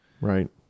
Right